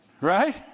Right